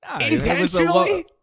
intentionally